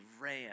ran